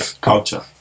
culture